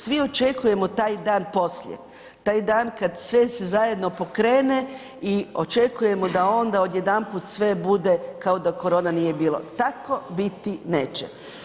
Svi očekujemo taj dan poslije, taj dan kada se sve zajedno pokrene i očekujemo da onda odjedanput sve bude kao da korone nije bilo, tako biti neće.